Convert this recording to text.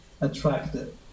attractive